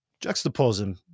juxtaposing